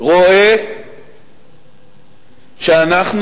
רואה שאנחנו